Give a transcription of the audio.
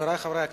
חברי חברי הכנסת,